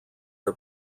are